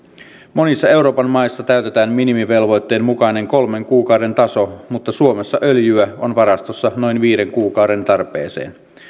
monissa euroopan maissa täytetään minimivelvoitteen mukainen kolmen kuukauden taso mutta suomessa öljyä on varastossa noin viiden kuukauden tarpeeseen